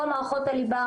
כל מערכות הליבה,